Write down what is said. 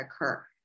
occur